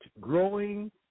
growing